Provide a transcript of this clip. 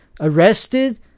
arrested